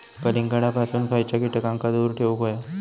कलिंगडापासून खयच्या कीटकांका दूर ठेवूक व्हया?